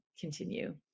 continue